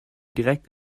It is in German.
direkt